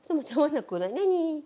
so macam mana aku nak nyanyi